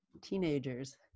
teenagers